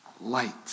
light